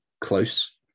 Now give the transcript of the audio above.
close